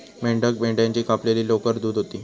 मेहक मेंढ्याची कापलेली लोकर धुत होती